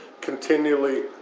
continually